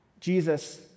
Jesus